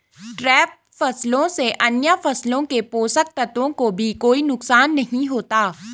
trap फसलों से अन्य फसलों के पोषक तत्वों को भी कोई नुकसान नहीं होता